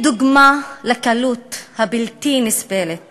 היא דוגמה לקלות הבלתי-נסבלת